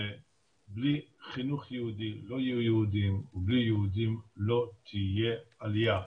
שבלי חינוך יהודי לא יהיו יהודים ובלי יהודים לא תהיה עלייה.